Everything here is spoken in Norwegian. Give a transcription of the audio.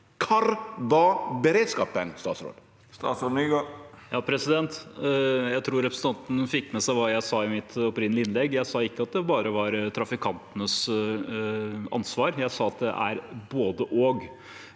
Kvar var beredskapen? Statsråd Jon-Ivar Nygård Jeg tror repre- sentanten fikk med seg hva jeg sa i mitt opprinnelige innlegg. Jeg sa ikke at det bare var trafikantenes ansvar. Jeg sa at det er både–og.